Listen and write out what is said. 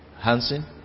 Hansen